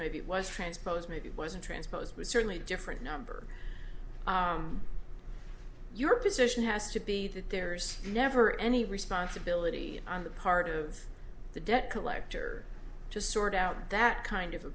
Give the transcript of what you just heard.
transposed maybe it wasn't transposed was certainly a different number your position has to be that there's never any responsibility on the part of the debt collector to sort out that kind of a